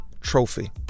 trophy